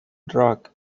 rock